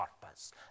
purpose